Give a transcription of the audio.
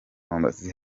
mombasa